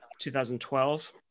2012